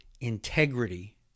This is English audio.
integrity